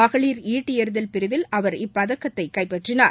மகளிர் ஈட்டிஎறிதல் பிரிவில் அவர் இப்பதக்கத்தைகைப்பற்றினார்